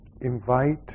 invite